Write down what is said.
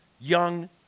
young